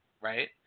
right